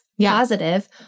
positive